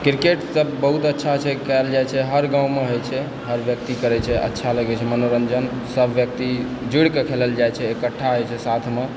cricket तऽ बहुत अच्छा छै कयल जाइ छै हर गाँवमे होइ छै हर व्यक्ति करै छै अच्छा लागै छै मनोरञ्जन सब व्यक्ति जुड़िकऽ खेलल जाइ छै इकट्ठा होइ छै साथमे